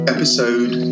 Episode